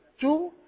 Two